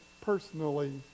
personally